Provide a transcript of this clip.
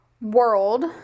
world